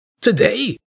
Today